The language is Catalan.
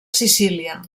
sicília